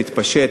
תתפשט,